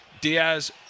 Diaz